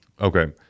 okay